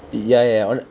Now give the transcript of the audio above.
ya ya ya I wanna